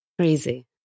Crazy